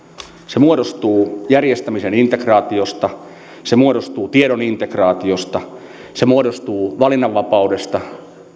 se muodostuu järjestämisen integraatiosta se muodostuu tiedon integraatiosta se muodostuu valinnanvapaudesta